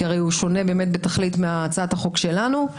כי הרי הוא שונה בתכלית מהצעת החוק שלנו,